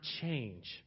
change